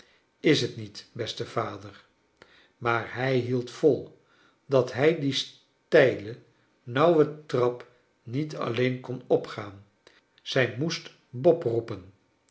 is t niet beste vader maar tiij hield vol dat hij die steile nauwe trap niet alleen kon opgaan zij moest bob roepen